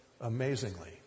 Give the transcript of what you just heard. amazingly